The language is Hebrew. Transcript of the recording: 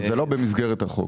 זה לא במסגרת החוק.